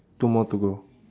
two more to go